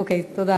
אוקיי, תודה.